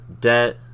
debt